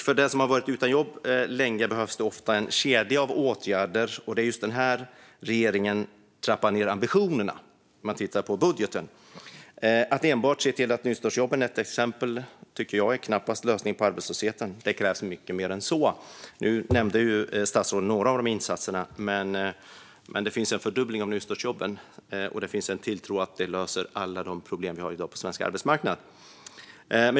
För den som varit utan jobb länge behövs det ofta en kedja av åtgärder, och det är just här regeringen trappar ned ambitionerna i budgeten. Att enbart se till nystartsjobben tycker jag till exempel knappast är en lösning på arbetslösheten. Det krävs mycket mer än så. Statsrådet nämnde några av insatserna. Det görs en fördubbling av nystartsjobben, och det finns en tilltro till att de löser alla problem vi har i dag på den svenska arbetsmarknaden.